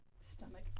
stomach